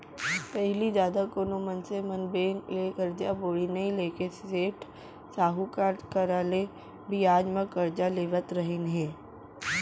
पहिली जादा कोनो मनसे मन बेंक ले करजा बोड़ी नइ लेके सेठ साहूकार करा ले बियाज म करजा लेवत रहिन हें